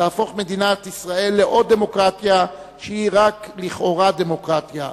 תהפוך מדינת ישראל לעוד דמוקרטיה שהיא רק לכאורה דמוקרטיה,